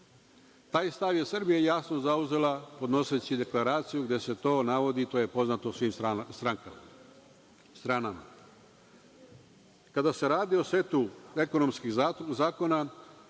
stav je Srbija jasno zauzela podnoseći deklaraciju gde se to navodi. To je poznato svim stranama. Kada se radi o setu ekonomskih zakona,